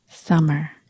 Summer